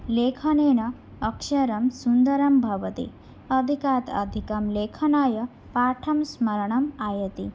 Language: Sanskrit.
लेखनेन अक्षरं सुन्दरं भवति अधिकाधिकं लेखनाय पाठं स्मरणं आयाति